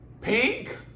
Pink